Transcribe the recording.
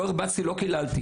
לא הרבצתי ולא קיללתי